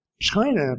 China